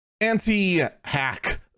anti-hack